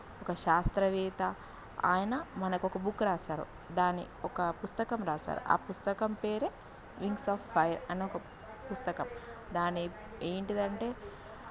ఒక శాస్త్రవేత్త ఆయన మనకు ఒక బుక్ రాశారు దాని ఒక పుస్తకం రాశారు ఆ పుస్తకం పేరే వింగ్స్ ఆఫ్ ఫైర్ అనే ఒక పుస్తకం దాని ఏంటిదంటే